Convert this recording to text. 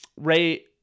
Ray